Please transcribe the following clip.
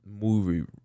movie